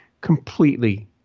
completely